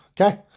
Okay